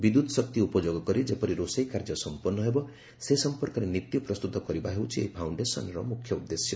ବିଦ୍ୟୁତ୍ ଶକ୍ତି ଉପଯୋଗ କରି ଯେପରି ରୋଷେଇ କାର୍ଯ୍ୟ ସମ୍ପନ୍ନ ହେବ ସେ ସମ୍ପର୍କରେ ନୀତି ପ୍ରସ୍ତୁତ କରିବା ହେଉଛି ଏହି ଫାଉଣ୍ଡେସନ୍ର ମୁଖ୍ୟ ଉଦ୍ଦେଶ୍ୟ